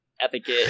ethic